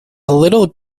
little